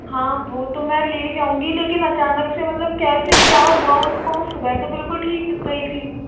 हाँ वो तो मैं ले जाउंगी लेकिन अचानक से मतलब कैसे क्या हुआ उसको सुबह तो बिल्कुल ठीक गयी थी